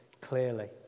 clearly